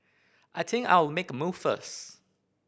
I think I'll make a move first